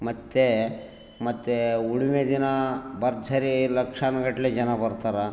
ಮತ್ತು ಮತ್ತು ಹುಣಿಮೆ ದಿನ ಭರ್ಜರಿ ಲಕ್ಷಾನುಗಟ್ಲೆ ಜನ ಬರ್ತಾರೆ